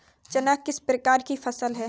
चना किस प्रकार की फसल है?